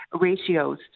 ratios